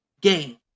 game